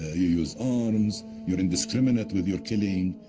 ah you use arms, you're indiscriminate with your killing,